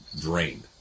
drained